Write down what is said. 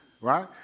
right